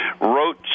wrote